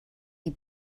die